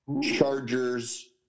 Chargers